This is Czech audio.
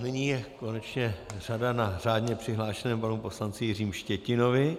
Nyní je konečně řada na řádně přihlášeném panu poslanci Jiřím Štětinovi.